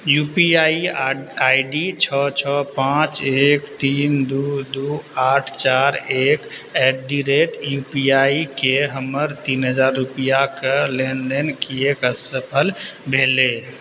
U P I I D छओ छओ पाँच एक तीन दू दू आठ चारि एक at the rate U P आइके हमर तीन हजार रूपैआके लेनदेन किएक असफल भेलै